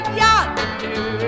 yonder